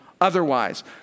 otherwise